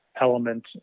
element